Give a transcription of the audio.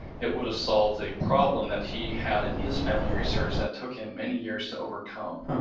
it would've solved a problem that he had in his family research that took him many years to overcome.